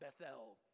Bethel